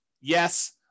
Yes